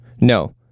No